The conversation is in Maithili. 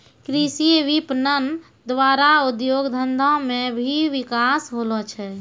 कृषि विपणन द्वारा उद्योग धंधा मे भी बिकास होलो छै